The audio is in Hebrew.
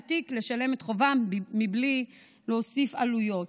תיק לשלם את חובם בלי להוסיף עלויות